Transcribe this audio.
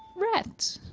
rhett.